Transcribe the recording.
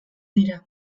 dira